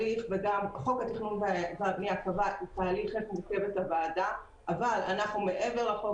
חוק התכנון והבנייה קבע תהליך איפה מורכבת הוועדה; אבל אנחנו מעבר לחוק,